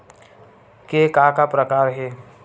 के का का प्रकार हे?